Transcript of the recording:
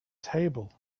table